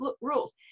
rules